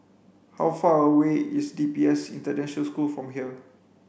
how far away is D P S International School from here